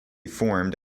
formed